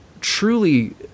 truly